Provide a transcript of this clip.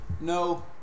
No